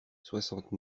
soixante